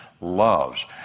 loves